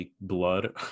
blood